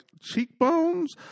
cheekbones